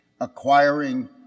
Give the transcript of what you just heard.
acquiring